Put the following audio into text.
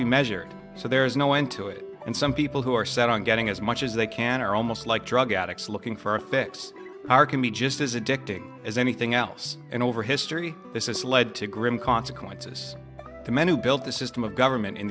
be measured so there is no end to it and some people who are set on getting as much as they can are almost like drug addicts looking for a fix are can be just as addicting as anything else in over history this is led to grim consequences the man who built this is from a government in